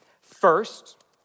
First